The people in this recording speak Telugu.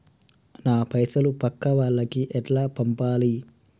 నా పైసలు పక్కా వాళ్లకి ఎట్లా పంపాలి?